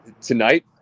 Tonight